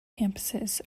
campuses